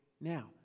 Now